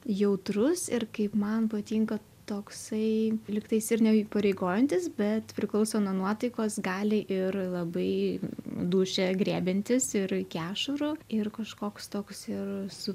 jautrus ir kaip man patinka toksai lyg tais ir neįpareigojantis bet priklauso nuo nuotaikos gali ir labai dūšią griebiantis ir iki ašarų ir kažkoks toks ir su